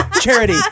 Charity